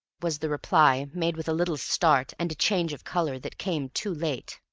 was the reply, made with a little start, and a change of color that came too late.